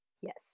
Yes